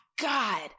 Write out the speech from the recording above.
God